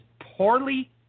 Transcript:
poorly